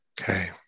Okay